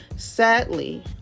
sadly